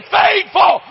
faithful